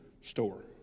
store